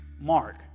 Mark